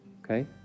okay